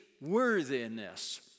worthiness